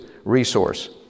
resource